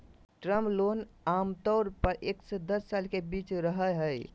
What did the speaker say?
term loan आमतौर पर एक से दस साल के बीच रहय हइ